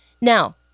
Now